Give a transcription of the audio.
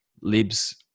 Libs